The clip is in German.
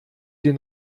den